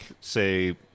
say